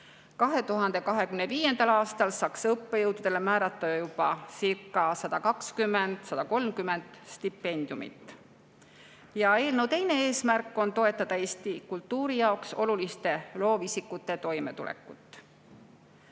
2025. aastal saaks õppejõududele määrata jubacirca120–130 stipendiumit. Eelnõu teine eesmärk on toetada Eesti kultuuri jaoks oluliste loovisikute toimetulekut.